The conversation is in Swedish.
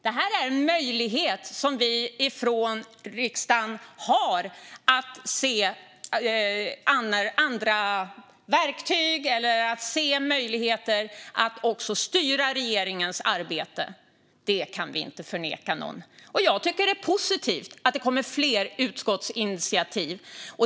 Det här är en möjlighet som vi från riksdagen har för att styra regeringens arbete. Det kan vi inte neka någon. Jag tycker att det är positivt att det kommer fler utskottsinitiativ.